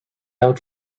out